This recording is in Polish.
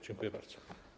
Dziękuję bardzo.